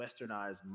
westernized